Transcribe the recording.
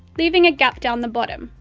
leaving a gap down the bottom.